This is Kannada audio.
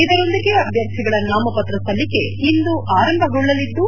ಇದರೊಂದಿಗೆ ಅಭ್ಯರ್ಥಿಗಳ ನಾಮಪತ್ರ ಸಲ್ಲಿಕೆ ಇಂದು ಆರಂಭಗೊಳ್ಳಲಿದ್ದು